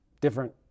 different